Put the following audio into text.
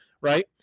Right